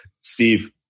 Steve